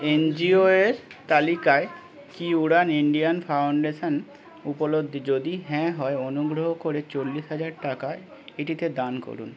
N G O এর তালিকায় কি উড়ান ইন্ডিয়ান ফাউন্ডেশান উপলব্ধি যদি হ্যাঁ হয় অনুগ্রহ করে চল্লিশ হাজার টাকা এটিতে দান করুন